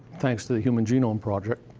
thanks to the human genome project